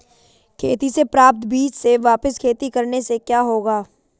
खेती से प्राप्त बीज से वापिस खेती करने से क्या होगा?